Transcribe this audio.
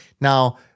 Now